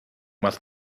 must